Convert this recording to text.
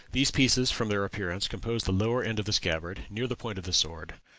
these pieces, from their appearance, composed the lower end of the scabbard, near the point of the sword.